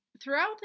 Throughout